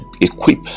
equip